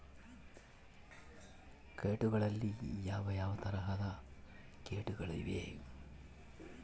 ಕೇಟಗಳಲ್ಲಿ ಯಾವ ಯಾವ ತರಹದ ಕೇಟಗಳು ಇವೆ?